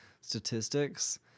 statistics